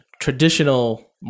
traditional